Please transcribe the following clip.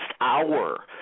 hour